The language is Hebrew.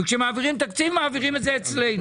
וכשמעבירים תקציב, מעבירים את זה אצלנו.